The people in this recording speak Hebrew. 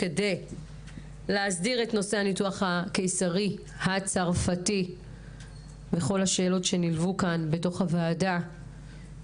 כדי להסדיר את נושא הניתוח הקיסרי הצרפתי וכל השאלות שנלוו לדיון בוועדה